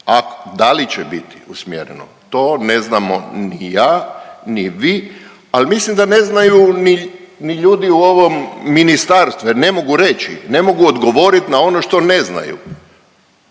da li će biti usmjereno, to ne znamo ni ja ni vi, ali mislim da ne znaju ni ljudi u ovom ministarstvu jer ne mogu reći, ne mogu odgovoriti na ono što ne znaju.